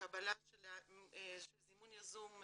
זימון יזום,